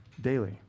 daily